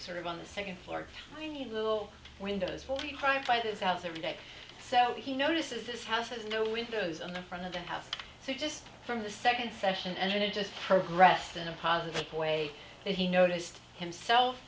sort of on the second floor in the little windows we cry by this house every day so he notices this house has no windows on the front of the house so just from the second session and it just progressed in a positive way that he noticed himself